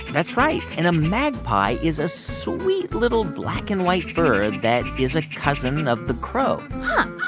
that's right. and a magpie is a sweet, little, black-and-white bird that is a cousin of the crow huh.